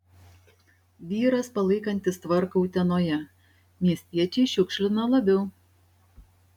vyras palaikantis tvarką utenoje miestiečiai šiukšlina labiau